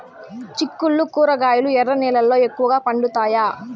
చిక్కుళ్లు కూరగాయలు ఎర్ర నేలల్లో ఎక్కువగా పండుతాయా